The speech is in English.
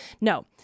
No